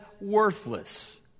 worthless